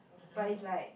but it's like